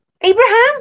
Abraham